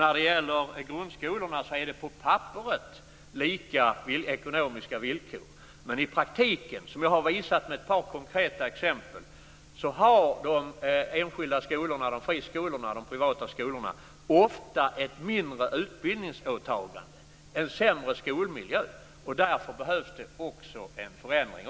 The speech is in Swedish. När det gäller grundskolorna är det på papperet lika ekonomiska villkor, men i praktiken har, som jag har visat med ett par konkreta exempel, de enskilda skolorna, friskolorna och de privata skolorna ofta ett mindre utbildningsåtagande och en sämre skolmiljö. Därför behövs också en förändring.